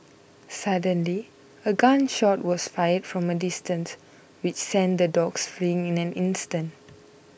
suddenly a gun shot was fired from a distant which sent the dogs fleeing in an instant